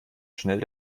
schnell